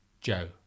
Joe